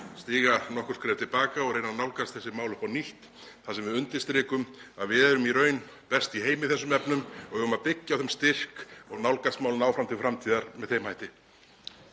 stíga nokkur skref til baka og reyna að nálgast þessi mál upp á nýtt þar sem við undirstrikum að við erum í raun best í heimi í þessum efnum og við eigum að byggja á þeim styrk og nálgast málin áfram til framtíðar með þeim hætti.